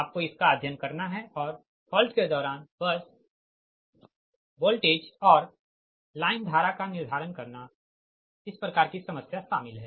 आपको इसका अध्ययन करना है और फॉल्ट के दौरान बस वोल्टेज और लाइन धारा का निर्धारण करना इस प्रकार की समस्या शामिल है